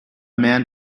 man